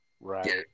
right